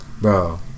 Bro